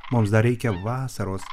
mums dar reikia vasaros